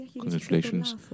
Congratulations